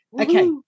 okay